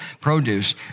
produce